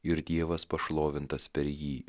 ir dievas pašlovintas per jį